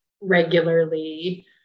regularly